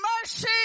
mercy